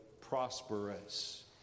prosperous